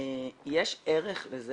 יש ערך לזה